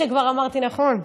עד שכבר אמרתי נכון.